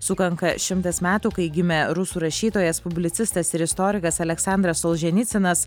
sukanka šimtas metų kai gimė rusų rašytojas publicistas ir istorikas aleksandras solženicinas